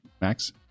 Max